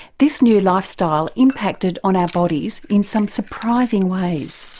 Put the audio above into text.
this new lifestyle impacted on our bodies in some surprising ways.